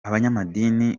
abanyamadini